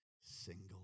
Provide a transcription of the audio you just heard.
single